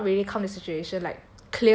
calm not really calm the situation like